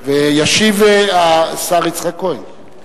ישיב השר יצחק כהן.